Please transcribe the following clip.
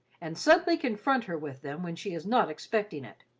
and suddenly confront her with them when she is not expecting it.